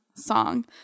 song